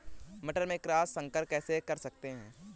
मटर में क्रॉस संकर कैसे कर सकते हैं?